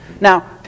Now